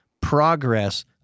progress